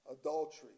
Adultery